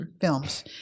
films